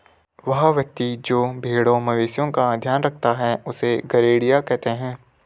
वह व्यक्ति जो भेड़ों मवेशिओं का ध्यान रखता है उससे गरेड़िया कहते हैं